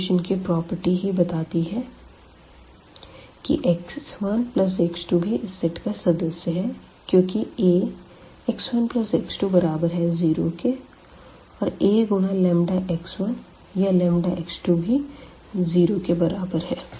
solution की property ही बताती है कि x1x2 भी इस सेट का सदस्य है क्योंकि Ax1x2 बराबर है 0 के और A गुणा λx1 या λx2 भी 0 के बराबर है